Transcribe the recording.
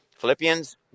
Philippians